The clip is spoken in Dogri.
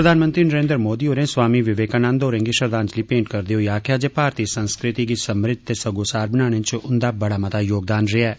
प्रधानमंत्री नरेन्द्र मोदी होरें स्वामी विवेकानंद होरें गी श्रद्धांजलि भेंट करदे होई आक्खेआ जे भारतीय संस्कृति गी समृद्ध ते सम्गोसार बनाने च उंदा बड़ा मता योगदान रेया ऐ